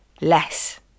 less